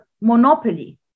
monopoly